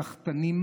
סחטנים.